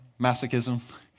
masochism